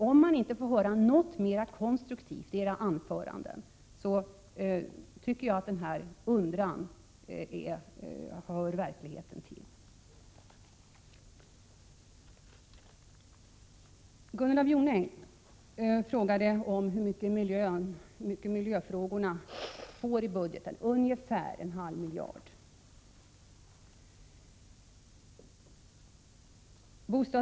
Om man inte får höra något mer konstruktivt i era anföranden, tycker jag att denna undran hör verkligheten till. Gunnel Jonäng frågade hur mycket pengar miljöfrågorna får i budgeten. Mitt svar är: Ungefär en halv miljard kronor.